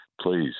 please